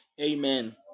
Amen